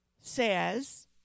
says